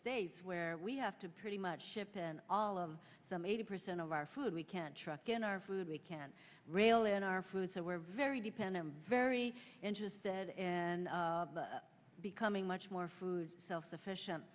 states where we have to pretty much ship in all of them eighty percent of our food we can't truck in our food we can rail in our food so we're very dependent very interested and becoming much more self sufficient